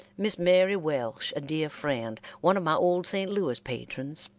miss mary welsh, a dear friend, one of my old st. louis patrons,